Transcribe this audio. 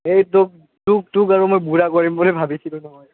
এই তোক তোক তোক আৰু মই বুঢ়া কৰিম বুলি ভাবিছিলোঁ নহয়